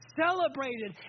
celebrated